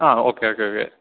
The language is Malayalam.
ആ ഓക്കെ ഓക്കെ ഓക്കെ